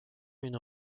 une